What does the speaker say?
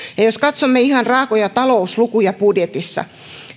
jos katsomme ihan raakoja talouslukuja budjetissa